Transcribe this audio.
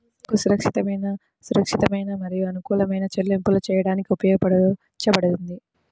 చెక్కు సురక్షితమైన, సురక్షితమైన మరియు అనుకూలమైన చెల్లింపులు చేయడానికి ఉపయోగించబడుతుంది